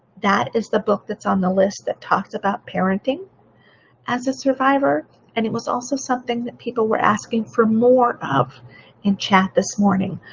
that is the book that's on the list that talks about parenting as a survivor and it was also something that people were asking for more of in chat this morning.